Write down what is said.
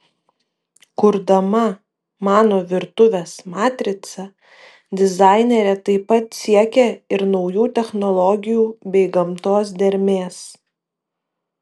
kurdama mano virtuvės matricą dizainerė taip pat siekė ir naujų technologijų bei gamtos dermės